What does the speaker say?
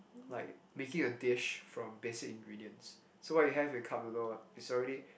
like making a dish from basic ingredients so what you have with cup noodles is already